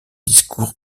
discours